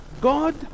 God